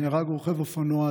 נהרג רוכב אופנוע,